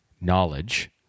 knowledge